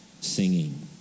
singing